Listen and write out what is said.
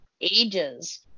ages